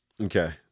Okay